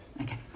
Okay